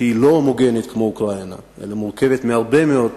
שהיא לא הומוגנית כמו אוקראינה אלא מורכבת מהרבה מאוד